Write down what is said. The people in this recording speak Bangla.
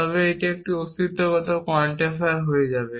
তবে এটি একটি অস্তিত্বগত কোয়ান্টিফায়ার হয়ে যায়